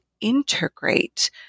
integrate